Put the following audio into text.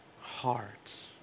heart